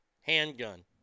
handgun